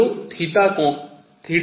जो थीटा कोण पर है